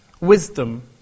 Wisdom